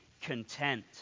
content